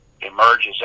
emerges